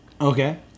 Okay